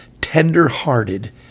tender-hearted